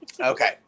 Okay